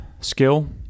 skill